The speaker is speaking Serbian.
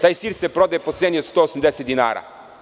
Taj sir se prodaje po ceni od 180 dinara.